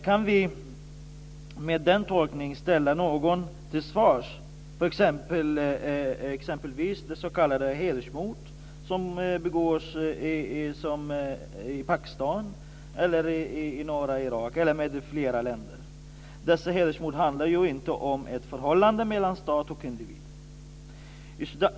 Kan vi med den tolkningen ställa någon till svars exempelvis för de s.k. hedersmord som begås i Pakistan, norra Irak och flera länder? Dessa hedersmord handlar ju inte om ett förhållande mellan stat och individ.